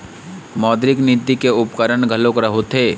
मौद्रिक नीति के उपकरन घलोक होथे